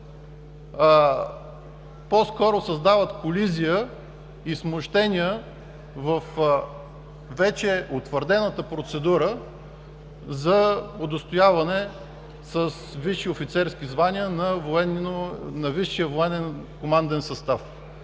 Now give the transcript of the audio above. по-скоро създават колизия и смущения във вече утвърдената процедура за удостояване с висши офицерски звания на висшия военен команден състав.